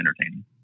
entertaining